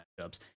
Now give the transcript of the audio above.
matchups